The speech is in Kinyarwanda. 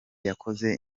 yakoze